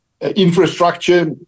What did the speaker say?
infrastructure